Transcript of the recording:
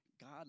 God